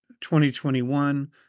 2021